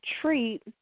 treat